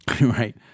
Right